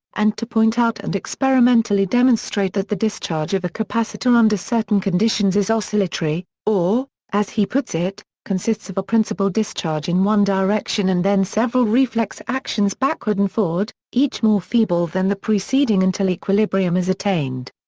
and to point out and experimentally demonstrate that the discharge of a capacitor under certain conditions is oscillatory, or, as he puts it, consists of a principal discharge in one direction and then several reflex actions backward and forward, each more feeble than the preceding until equilibrium is attained.